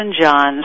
John's